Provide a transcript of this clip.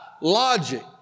logic